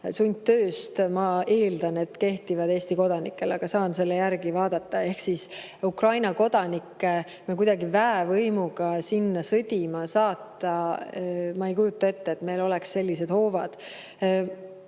sundtööle, ma eeldan, kehtivad Eesti kodanikele. Ma saan selle järele vaadata. Aga Ukraina kodanikke kuidagi väevõimuga sinna sõdima saata – ma ei kujuta ette, et meil oleks sellised hoovad.